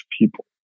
people